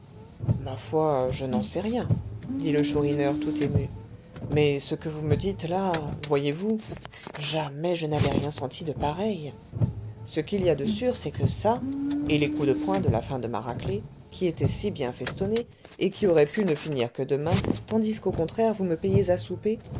ma foi je n'en sais rien dit le chourineur tout ému mais ce que vous me dites là voyez-vous jamais je n'avais rien senti de pareil ce qu'il y a de sûr c'est que ça et les coups de poing de la fin de ma raclée qui étaient si bien festonnés et qui auraient pu ne finir que demain tandis qu'au contraire vous me payez à souper